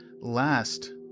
last